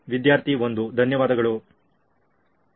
ವಿದ್ಯಾರ್ಥಿ 1 ಧನ್ಯವಾದಗಳು